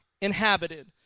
inhabited